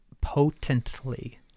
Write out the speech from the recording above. potently